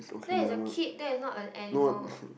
that is a kid that is not a animal